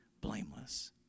blameless